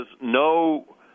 no